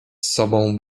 sobą